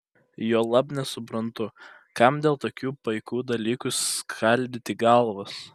juolab nesuprantu kam dėl tokių paikų dalykų skaldyti galvas